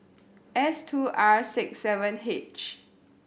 S two R six seven H